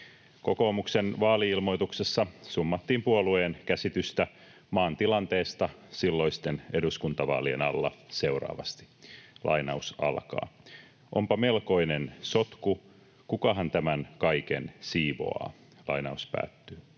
Kokoomuksen vaali-ilmoituksessa summattiin puolueen käsitystä maan tilanteesta silloisten eduskuntavaalien alla seuraavasti: ”Onpa melkoinen sotku. Kukahan tämän kaiken siivoaa?” Ottamatta